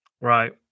Right